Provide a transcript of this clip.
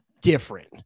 different